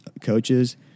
coaches